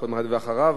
אחריו,